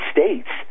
States